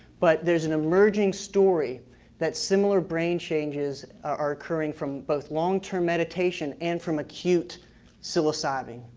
but there's an emerging story that similar brain changes are occurring from both long term meditation and from acute psilocybin.